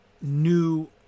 new